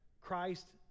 Christ